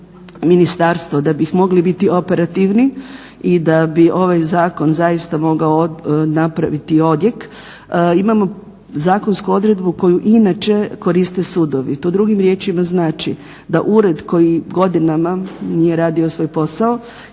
da bih mogli biti operativni i da bi ovaj zakon zaista mogao napraviti odjek, imamo zakonsku odredbe koju inače koriste sudovi. To drugim riječima znači, da ured koji godinama nije radio svoj posao,